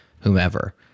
whomever